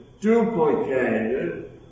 duplicated